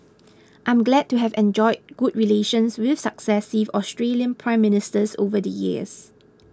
I am glad to have enjoyed good relations with successive Australian Prime Ministers over the years